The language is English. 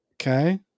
Okay